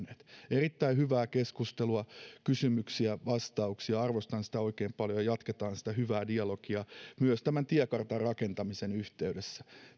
erittäin hyvää keskustelua kysymyksiä vastauksia arvostan sitä oikein paljon ja jatketaan sitä hyvää dialogia myös tämän tiekartan rakentamisen yhteydessä